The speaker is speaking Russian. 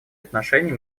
отношения